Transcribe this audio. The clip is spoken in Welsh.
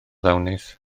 ddawnus